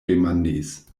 demandis